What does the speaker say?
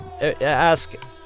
ask